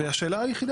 אבל, מה לעשות,